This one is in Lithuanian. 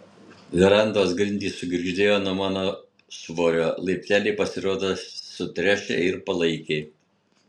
verandos grindys sugirgždėjo nuo mano svorio laipteliai pasirodė sutręšę ir palaikiai